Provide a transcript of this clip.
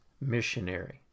missionary